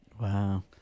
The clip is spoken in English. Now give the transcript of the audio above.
Wow